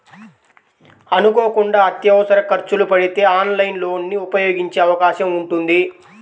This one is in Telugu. అనుకోకుండా అత్యవసర ఖర్చులు పడితే ఆన్లైన్ లోన్ ని ఉపయోగించే అవకాశం ఉంటుంది